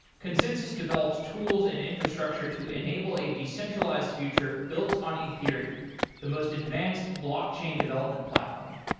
consensys develops tools and infrastructure to enable a decentralized future built on ethereum the most advanced blockchain development platform.